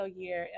year